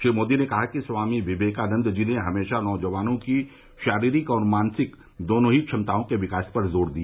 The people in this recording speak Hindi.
श्री मोदी ने कहा कि स्वामी विवेकानंद जी ने हमेशा नौजवानों की शारीरिक और मानसिक दोनों ही क्षमताओं के विकास पर जोर दिया